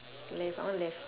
left I want left